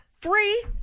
Free